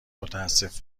متاسف